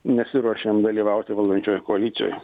nesiruošiam dalyvauti valdančiojoj koalicijoj